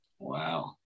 Wow